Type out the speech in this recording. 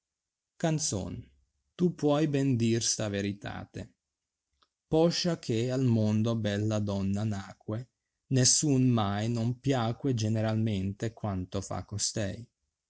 canzon tu puoi ben dir sta veritate posciachè al mondo bella dunna nacque nessuna mai non piacque generalmente quanto fa costei